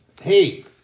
Hey